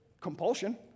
compulsion